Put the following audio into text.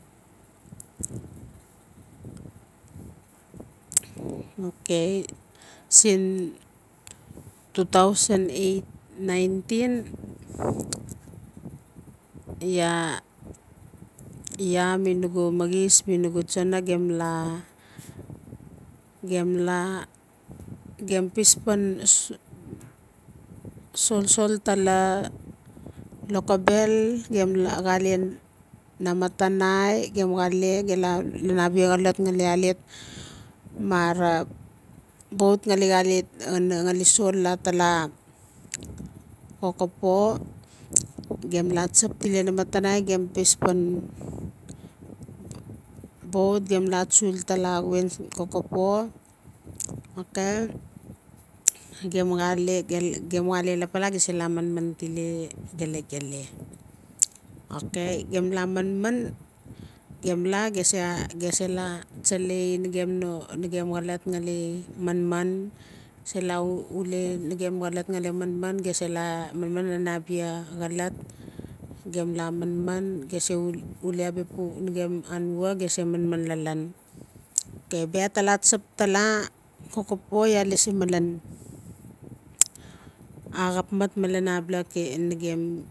okay siin two thou eight nineteen iaa-iaa mi nugu maxia mi nugu tsona gem la gem la gem pis pan solsol tala lokobel gem la xale tala lokobel gem la xale namatanai gen xale gem la lan abia xolot ngali alet mara boat ngali xale ngali sol la tala kokopo gem la tsap ti le namatanai gem la tsul tala wien kokopo okay gme xale gem le gem xala lapala gem se la manman tile gelegele okay gem is manman gem la gem se gem se la tsalai na gem no agem colot ngali manman gem se la uuli nagem xolot ngali manman nan abia xolot gem la manman gem se nagem anua gem se manman okay bia iaa ta tsap tala kokopo laa lasi malan axap mat alen abala nagem kay nagem